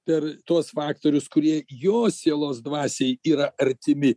per tuos faktorius kurie jo sielos dvasiai yra artimi